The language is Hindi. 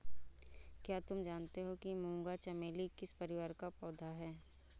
क्या तुम जानते हो कि मूंगा चमेली किस परिवार का पौधा है?